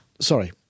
Sorry